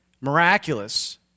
miraculous